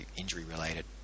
injury-related